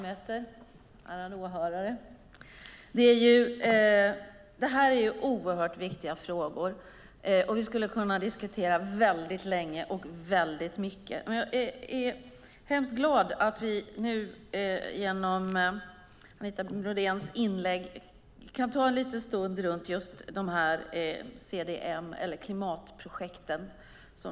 Herr talman, ärade ledamöter och åhörare! Det här är oerhört viktiga frågor, och vi skulle kunna diskutera dem länge. Jag är glad att vi nu genom Anita Brodéns inlägg kan ägna en liten stund åt CDM, klimatprojekten.